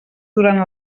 durant